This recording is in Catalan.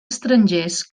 estrangers